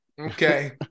Okay